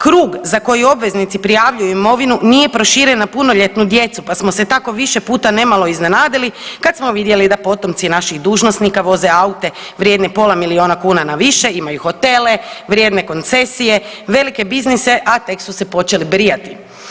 Krug za koji obveznici prijavljuju imovinu nije proširen na punoljetnu djecu pa smo se tako više puta nemalo iznenadili kad smo vidjeli da potomci naših dužnosnika voze aute vrijedne pola milijuna kuna na više, imaju hotele, vrijedne koncesije, velike biznise, a tek su se počeli brijati.